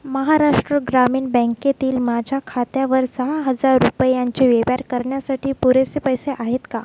महाराष्ट्र ग्रामीण बँकेतील माझ्या खात्यावर सहा हजार रुपयांचे व्यवहार करण्यासाठी पुरेसे पैसे आहेत का